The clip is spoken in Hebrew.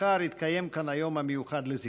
מחר יתקיים כאן היום המיוחד לזכרו.